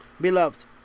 Beloved